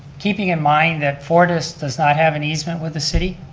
keeping in mind that fortis does not have an easement with the city,